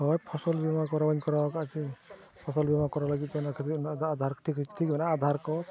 ᱦᱳᱭ ᱯᱷᱚᱥᱚᱞ ᱵᱤᱢᱟ ᱠᱚᱨᱟᱣ ᱢᱟᱧ ᱠᱚᱨᱟᱣ ᱟᱠᱟᱜ ᱜᱮ ᱯᱷᱚᱥᱚᱞ ᱵᱤᱢᱟ ᱠᱚᱨᱟᱣ ᱞᱟᱹᱜᱤᱫ ᱚᱱᱟ ᱠᱷᱟᱹᱛᱤᱨ ᱚᱱᱟ ᱟᱫᱷᱟᱨ ᱠᱚ